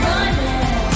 Running